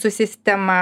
su sistema